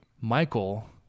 Michael